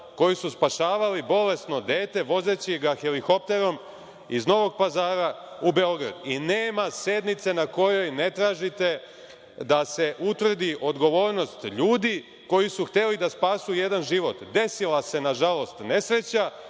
koji su spašavali bolesno dete, vozeći ga helikopterom iz Novog Pazara u Beograd. Nema sednice na kojoj ne tražite da se utvrdi odgovornost ljudi koji su hteli da spasu jedan život. Desila se nažalost nesreća